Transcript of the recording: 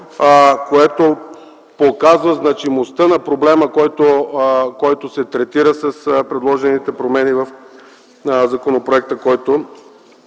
Това показва значимостта на проблема, който се третира с предложените промени в законопроекта, който